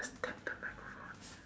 come back got good food